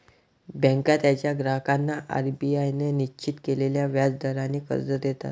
बँका त्यांच्या ग्राहकांना आर.बी.आय ने निश्चित केलेल्या व्याज दराने कर्ज देतात